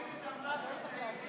להוריד מס לפעילים.